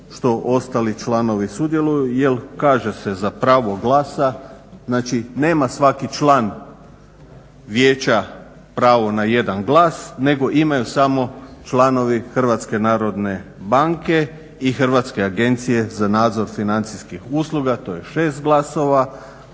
što ostali članovi sudjeluju jer kaže se za pravo glasa, znači nema svaki član vijeća pravo na jedan glas, nego imaju samo članovi Hrvatske narodne banke i Hrvatske agencije za nadzor financijskih usluga. To je šest glasova,